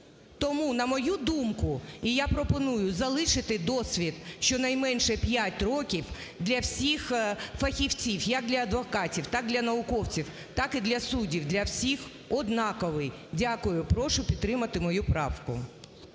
Тому, на мою думку, і я пропоную залишити досвід щонайменше 5 років для всіх фахівців як для адвокатів, так для науковців, так і для суддів, для всіх однаковий. Дякую. Прошу підтримати мою правку.